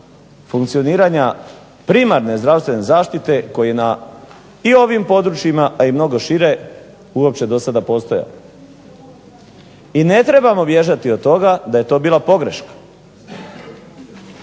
funkcioniranja primarne zdravstvene zaštite koji na i ovim područjima, a i mnogo šire uopće do sada postojao. I ne trebamo bježati od toga da je to bila pogreška.